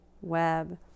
web